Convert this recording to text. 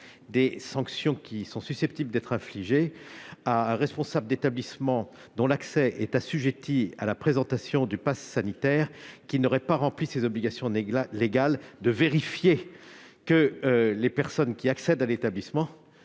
des sanctions susceptibles d'être infligées à un responsable d'établissement, dont l'accès est assujetti à la présentation du passe sanitaire, qui n'aurait pas rempli ses obligations légales de vérifier que les personnes qui accèdent à son établissement